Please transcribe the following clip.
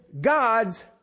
God's